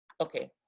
Okay